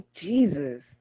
Jesus